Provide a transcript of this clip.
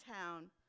town